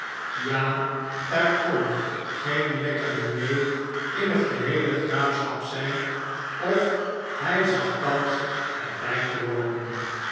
ja er kon geen lekker diner in het geheele graafschap zijn of hij zag kans het bij te wonen